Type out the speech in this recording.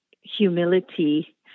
humility